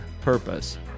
purpose